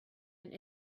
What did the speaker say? and